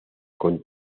con